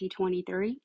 2023